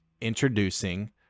introducing